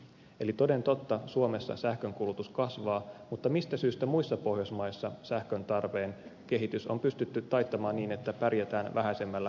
eli toden totta suomessa sähkönkulutus kasvaa mutta mistä syystä muissa pohjoismaissa sähköntarpeen kehitys on pystytty taittamaan niin että pärjätään vähäisemmällä sähkömäärällä